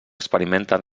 experimenten